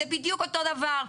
זה בדיוק אותו דבר.